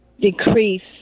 decrease